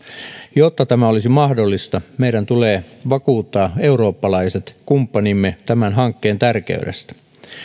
jotta tämä olisi mahdollista meidän tulee vakuuttaa eurooppalaiset kumppanimme tämän hankkeen tärkeydestä